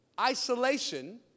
Isolation